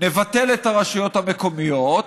נבטל את הרשויות המקומיות,